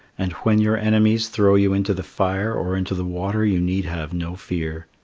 and when your enemies throw you into the fire or into the water you need have no fear.